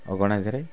ଅଗଣା ଦେହରେ